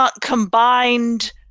combined